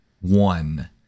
one